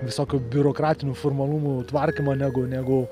visokių biurokratinių formalumų tvarkymą negu negu